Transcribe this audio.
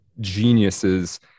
geniuses